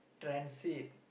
transit